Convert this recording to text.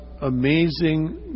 amazing